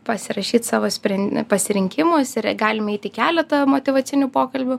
pasirašyt savo spren pasirinkimus ir galim eit į keletą motyvacinių pokalbių